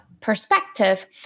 perspective